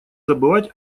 забывать